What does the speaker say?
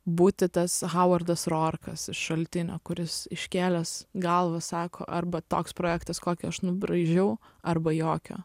būti tas hauvardas rorkas iš šaltinio kuris iškėlęs galvą sako arba toks projektas kokį aš nubraižiau arba jokio